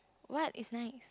what is nice